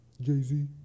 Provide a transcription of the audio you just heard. Jay-Z